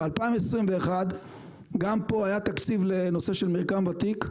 ב-2021 גם פה היה תקציב לנושא מרקם ותיק.